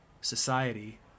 society